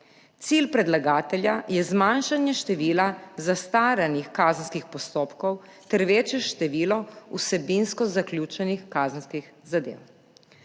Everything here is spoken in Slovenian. Cilj predlagatelja je zmanjšanje števila zastaranih kazenskih postopkov ter večje število vsebinsko zaključenih kazenskih zadev.